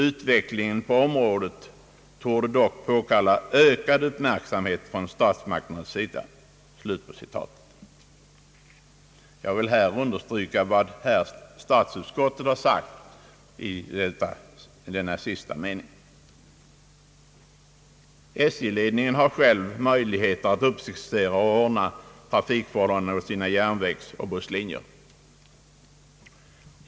Utvecklingen på området torde dock påkalla ökad uppmärksamhet från statsmakternas sida.» Jag vill understryka vad statsutskottet har sagt i denna sista mening. SJ-ledningen har möjlighet att skissera och ordna trafikförhållandena inom sina järnvägsoch busslinjer.